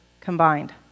combined